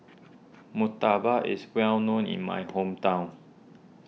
Murtabak is well known in my hometown